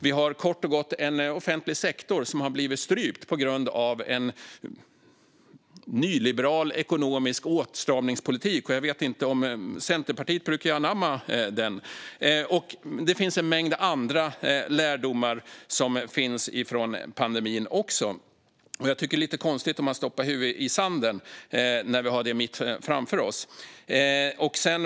Vi har kort och gott en offentlig sektor som har blivit strypt på grund av en nyliberal ekonomisk åtstramningspolitik. Centerpartiet brukar ju anamma den. Det finns även en mängd andra lärdomar att dra av pandemin, och jag tycker att det är lite konstigt att stoppa huvudet i sanden när vi har det mitt framför oss.